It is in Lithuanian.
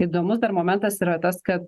įdomus dar momentas yra tas kad